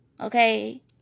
okay